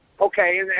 Okay